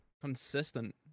Consistent